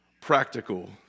practical